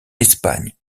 espagne